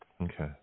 Okay